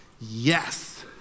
Yes